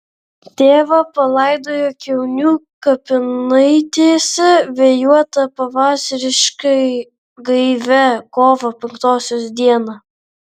tėvą palaidojo kiaunių kapinaitėse vėjuotą pavasariškai gaivią kovo penktosios dieną